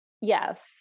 Yes